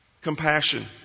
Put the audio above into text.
Compassion